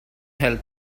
help